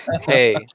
hey